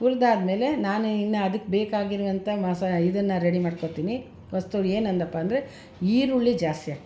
ಹುರಿದಾದ್ಮೇಲೆ ನಾನು ಇನ್ನೂ ಅದಕ್ಕೆ ಬೇಕಾಗಿರುವಂಥ ಮಸಾ ಇದನ್ನು ರೆಡಿ ಮಾಡ್ಕೊಳ್ತೀನಿ ವಸ್ತುಗಳು ಏನು ಅಂದರಪ್ಪಾ ಅಂದರೆ ಈರುಳ್ಳಿ ಜಾಸ್ತಿ ಹಾಕ್ತೀನಿ